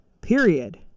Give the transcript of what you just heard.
Period